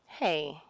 Hey